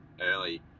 early